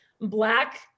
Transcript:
Black